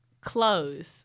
clothes